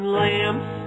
lamps